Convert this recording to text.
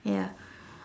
ya